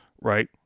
right